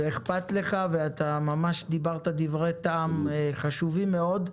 אכפת לך ודיברת דברי טעם חשובים מאוד.